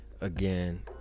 again